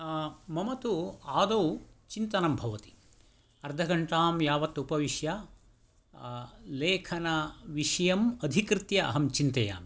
मम तु आदौ चिन्तनं भवति अर्धघटां यावत् उपविश्य लेखनविषयम् अधिकृत्य अहं चिन्तयामि